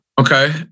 Okay